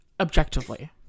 objectively